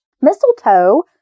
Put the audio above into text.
Mistletoe